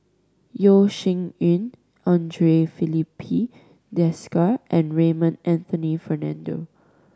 Yeo Shih Yun Andre Filipe Desker and Raymond Anthony Fernando